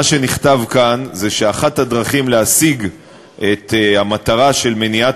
מה שנכתב כאן זה שאחת הדרכים להשיג את המטרה של מניעת